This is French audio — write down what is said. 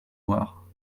noirs